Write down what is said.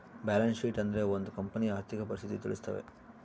balance sheet ಅಂದ್ರೆ ಒಂದ್ ಕಂಪನಿಯ ಆರ್ಥಿಕ ಪರಿಸ್ಥಿತಿ ತಿಳಿಸ್ತವೆ